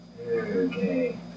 Okay